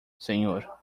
senhor